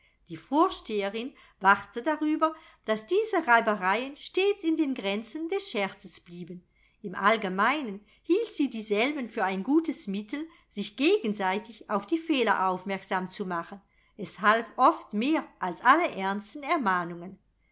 die vorsteherin wachte darüber daß diese reibereien stets in den grenzen des scherzes blieben im allgemeinen hielt sie dieselben für ein gutes mittel sich gegenseitig auf die fehler aufmerksam zu machen es half oft mehr als alle ernsten ermahnungen